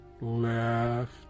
left